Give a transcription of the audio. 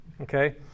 Okay